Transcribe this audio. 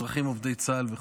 אזרחים עובדי צה"ל וכו'.